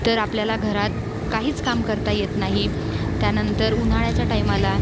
तर आपल्याला घरात काहीच काम करता येत नाही त्यानंतर उन्हाळ्याच्या टायमाला